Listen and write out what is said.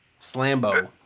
Slambo